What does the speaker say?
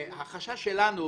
החשש שלנו,